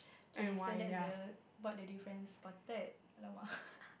K so that's the spot the difference spotted !alamak!